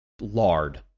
lard